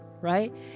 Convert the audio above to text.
right